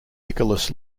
nicholas